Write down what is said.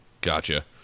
Gotcha